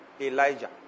Elijah